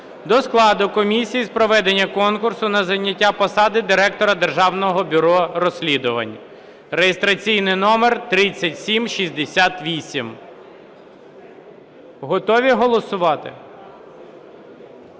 до складу комісії з проведення конкурсу на зайняття посади Директора Державного бюро розслідувань (реєстраційний номер 3768). Готові голосувати?